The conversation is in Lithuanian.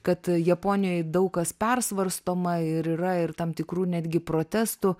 kad japonijoj daug kas persvarstoma ir yra ir tam tikrų netgi protestų